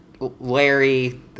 Larry